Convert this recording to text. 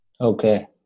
Okay